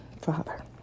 Father